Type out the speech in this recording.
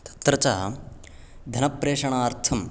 तत्र च धनप्रेषणार्थम्